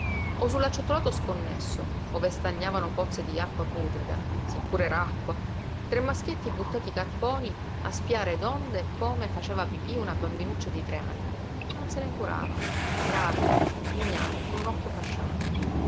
o sull'acciottolato sconnesso ove stagnavano pozze di acqua putrida seppure era acqua tre maschietti buttati carponi a spiare donde e come faceva pipí una bambinuccia di tre anni che non se ne curava grave ignara e con un occhio fasciato